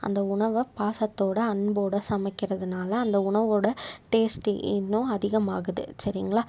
அந்த உணவை பாசத்தோடு அன்போடு சமைக்கிறதினால அந்த உணவோடய டேஸ்ட்டு இன்னும் அதிகமாகுது சரிங்களா